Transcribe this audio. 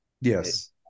yes